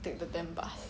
take the temp bah